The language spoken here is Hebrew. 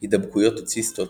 הידבקויות או ציסטות,